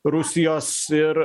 rusijos ir